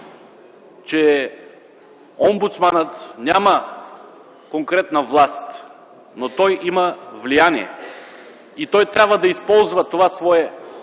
че омбудсманът няма конкретна власт, но той има влияние и той трябва да използва това свое